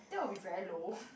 that will be very low